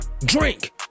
Drink